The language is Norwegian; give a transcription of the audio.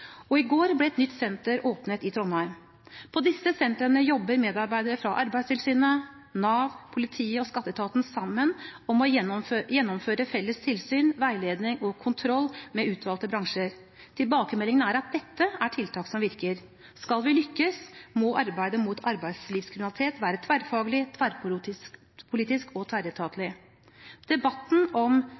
og i går ble et nytt senter åpnet i Trondheim. På disse sentrene jobber medarbeidere fra Arbeidstilsynet, Nav, politiet og skatteetaten sammen om å gjennomføre felles tilsyn, veiledning og kontroll med utvalgte bransjer. Tilbakemeldingen er at dette er tiltak som virker. Skal vi lykkes, må arbeidet mot arbeidslivskriminalitet være tverrfaglig, tverrpolitisk og tverretatlig. Debatten om